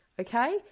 Okay